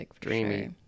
dreamy